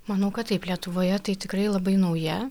manau kad taip lietuvoje tai tikrai labai nauja